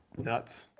nuts.